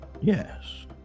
Yes